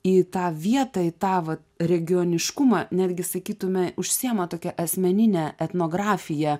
į tą vietą į tą vat regioniškumą netgi sakytume užsiima tokia asmenine etnografija